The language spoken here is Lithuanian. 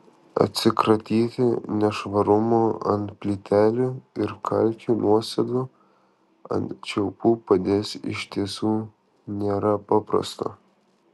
atsikratyti nešvarumų ant plytelių ir kalkių nuosėdų ant čiaupų padės iš tiesų nėra paprasta